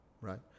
right